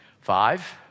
five